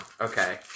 Okay